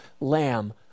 Lamb